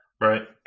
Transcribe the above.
right